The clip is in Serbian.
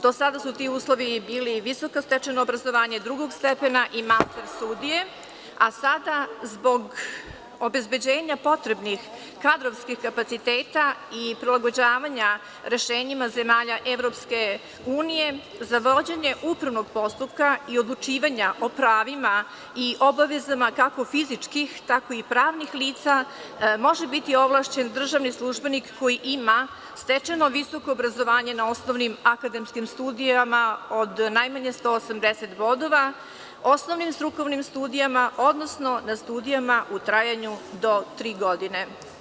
Do sada su ti uslovi bili visoko stečeno obrazovanje drugog stepena i master studije, a sada zbog obezbeđenja potrebnih kadrovskih kapaciteta i prilagođavanja rešenjima zemalja EU za vođenje upravnog postupka i odlučivanja i pravima i obavezama kako fizičkih, tako i pravnih lica može biti ovlašćen državni službenik koji ima stečeno visoko obrazovanje na osnovnim akademskim studijama od najmanje 180 bodova, osnovnim strukovnim studijama, odnosno na studijama u trajanju do tri godine.